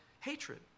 hatred